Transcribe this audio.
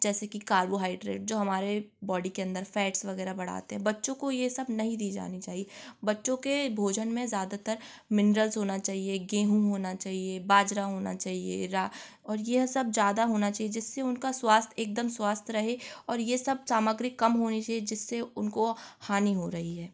जैसे कि कार्बोहाइड्रेड जो हमारे बॉडी के अंदर फैट्स वगैरह बढ़ाते हैं बच्चो को ये सब नहीं दी जानी चाहिए बच्चों के भोजन में ज़्यादातर मिनरल्स होना चाहिए गेहूँ होना चाहिए बाजरा होना चाहिए रा और यह सब ज्यादा होना चाहिए जिससे उनका स्वास्थ्य एकदम स्वस्थ रहे और ये सब सामग्री कम होनी चाहिए जिससे उनको हानि हो रही है